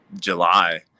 July